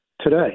today